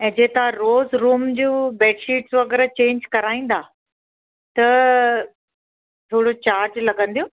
ऐं जे तव्हां रोज रूम जूं बेड शीट वगै़रह चेंज कराईंदा त थोरो चार्ज लॻंदो